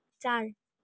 चार